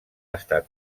estat